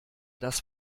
das